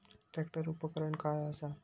Tractor उपकरण काय असा?